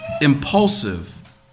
impulsive